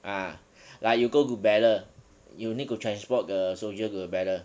ah like you go to battle you need to transport the soldier to the battle